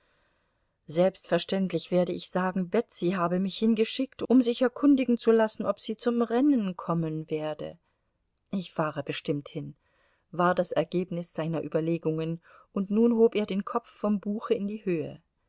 selbstverständlich werde ich sagen betsy habe mich hingeschickt um sich erkundigen zu lassen ob sie zum rennen kommen werde ich fahre bestimmt hin war das ergebnis seiner überlegungen und nun hob er den kopf vom buche in die höhe